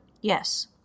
Yes